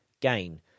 gain